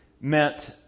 meant